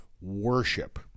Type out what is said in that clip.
worship